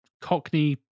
Cockney